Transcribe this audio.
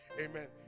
Amen